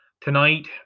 Tonight